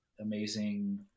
amazing